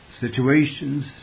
situations